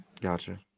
Gotcha